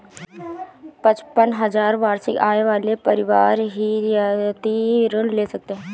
पचपन हजार वार्षिक आय वाले परिवार ही रियायती ऋण ले सकते हैं